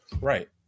right